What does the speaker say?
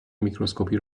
میکروسکوپی